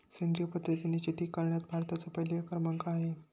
सेंद्रिय पद्धतीने शेती करण्यात भारताचा पहिला क्रमांक आहे